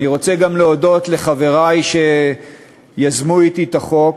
אני רוצה גם להודות לחברי שיזמו אתי את החוק: